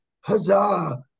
Huzzah